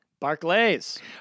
Barclays